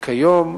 וכיום